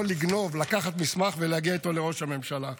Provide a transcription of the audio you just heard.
יכול לגנוב, לקחת מסמך ולהגיע איתו לראש הממשלה.